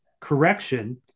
correction